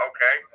Okay